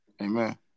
Amen